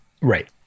Right